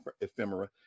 ephemera